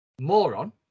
moron